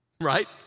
right